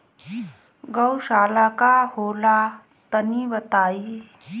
गौवशाला का होला तनी बताई?